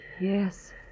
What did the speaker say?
Yes